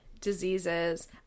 diseases